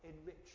enrich